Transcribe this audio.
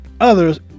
others